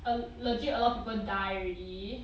err legit a lot of people die already